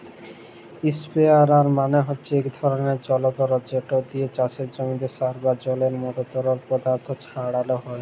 ইসপেরেয়ার মালে হছে ইক ধরলের জলতর্ যেট লিয়ে চাষের জমিতে সার বা জলের মতো তরল পদাথথ ছড়ালো হয়